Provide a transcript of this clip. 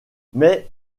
mais